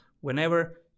whenever